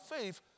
faith